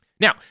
Now